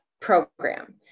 program